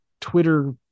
Twitter